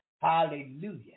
Hallelujah